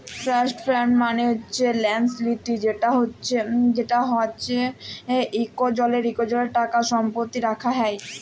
trust fund মালে হছে ল্যাস লিতি যেট হছে ইকজলের টাকা সম্পত্তি রাখা হ্যয়